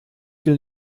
will